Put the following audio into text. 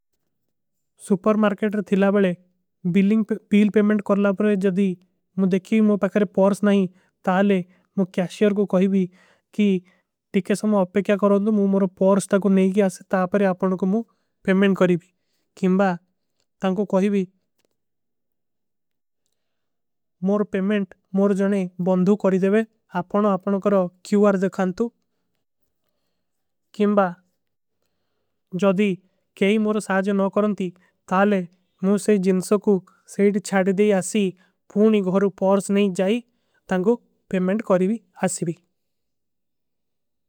ସୁପର ମାର୍କେଟର ଥିଲାବଲେ ବିଲ୍ଲିଂଗ ପେଲ ପେମେଂଟ। କର ଲାବର ଜଦୀ ମୁଝେ ଦେଖୀ ମୁଝେ ପକରେ ପର୍ସ ନହୀଂ ତାଲେ ମୁଝେ। କୈଶିଯର କୋ କହୀଭୀ କି ଟିକେ ସମା ଅପ୍ପେ କ୍ଯା କରୋଂଗେ ମୁଝେ ପର୍ସ। ତକ ନହୀଂ ଗଯାସେ ତାଲେ ଆପନେ କୋ ମୁଝେ ପେମେଂଟ କରୀଭୀ କିଂବା। ତାଂକୋ କହୀଭୀ ମୁର ପେମେଂଟ ମୁର ଜଣେ ବଂଦୁ। କରିଦେଵେ ଆପନୋ ଆପନୋ କରୋ କିଯୋ ଆର୍ଜ ଖାନତୁ କିଂବା। ଜଦୀ କେହୀ ମୁର ସାଜ ନୌ କରଂତୀ ତାଲେ ମୁଝେ ଜିନସକୋ ସେଡ। ଚାଡଦେ ଆସୀ ପର୍ସ ନହୀଂ ଜାଏ ତାଂକୋ ପେମେଂଟ କରୀଭୀ ଆସୀଭୀ।